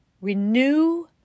renew